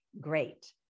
Great